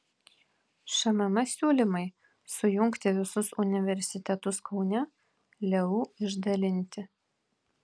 šmm siūlymai sujungti visus universitetus kaune leu išdalinti